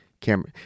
camera